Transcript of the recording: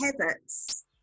habits